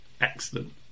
Excellent